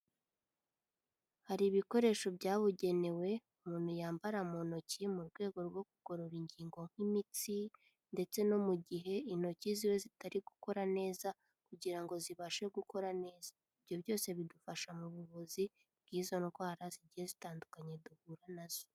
Hari ibikoresho byabugenewe umuntu yambara mu ntoki mu rwego rwo kugorora ingingo nk'imitsi ndetse no mu gihe intoki ziba zitari gukora neza kugira ngo zibashe gukora neza, ibyo byose bidufasha mu buvuzi bw'izo ndwara zigiye zitandukanye duhura na zo.